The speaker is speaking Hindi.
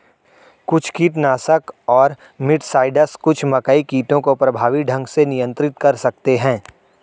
कुछ कीटनाशक और मिटसाइड्स कुछ मकई कीटों को प्रभावी ढंग से नियंत्रित कर सकते हैं